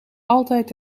altijd